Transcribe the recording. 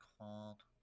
called